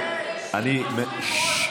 כל ראש ממשלה שיש נגדו כתב אישום.